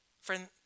Friend